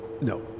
No